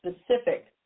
specific